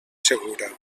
segura